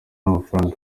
amafaranga